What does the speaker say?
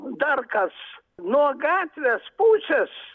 dar kas nuo gatvės pusės